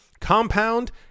Compound